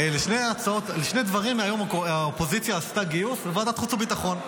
לשני דברים היום האופוזיציה עשתה גיוס בוועדת חוץ וביטחון,